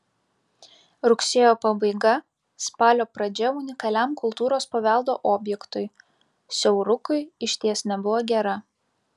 rugsėjo pabaiga spalio pradžia unikaliam kultūros paveldo objektui siaurukui išties nebuvo gera